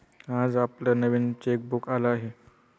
आज आपलं नवीन चेकबुक आलं आहे